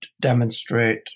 demonstrate